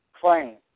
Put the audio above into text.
claim